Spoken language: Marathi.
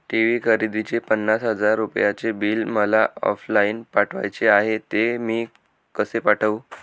टी.वी खरेदीचे पन्नास हजार रुपयांचे बिल मला ऑफलाईन पाठवायचे आहे, ते मी कसे पाठवू?